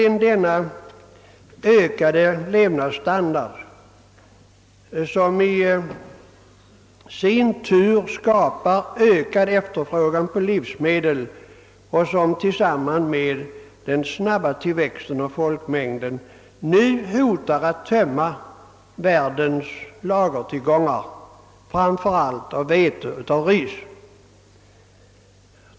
Den höjda levnadsstandarden skapar nämligen i sin tur en ökad efterfrågan på livsmedel, och tillsammans med den snabba tillväxten av folkmängden hotar den att tömma världens lager, framför allt av vete och ris.